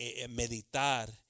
meditar